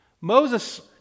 Moses